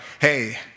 hey